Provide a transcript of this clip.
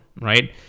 right